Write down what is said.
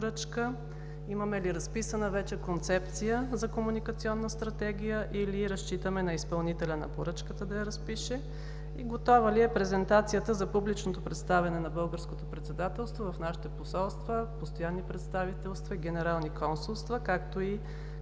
Имаме ли разписана вече концепция за комуникационна стратегия, или разчитаме на изпълнителя на поръчката да я разпише? Готова ли е презентацията за публичното представяне на българското председателство в нашите посолства, постоянни представителства, генерални консулства, както и